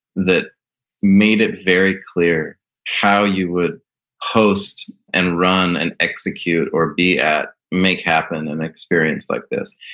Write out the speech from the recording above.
that made it very clear how you would post and run and execute or be at, make happen and experience like this.